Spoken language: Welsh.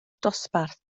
dosbarth